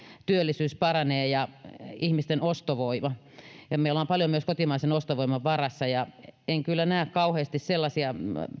työllisyys ja ihmisten ostovoima paranevat meillä on paljon myös kotimaisen ostovoiman varassa ja en näe kyllä kauheasti sellaisia